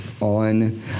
on